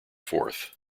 forth